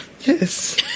Yes